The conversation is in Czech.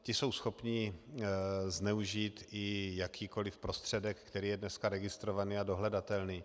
Ti jsou schopni zneužít i jakýkoliv prostředek, který je dneska registrovaný a dohledatelný.